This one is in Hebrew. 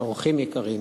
אורחים יקרים,